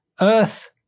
Earth